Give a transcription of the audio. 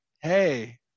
hey